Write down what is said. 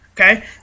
Okay